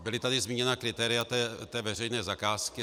Byla tady zmíněna kritéria veřejné zakázky.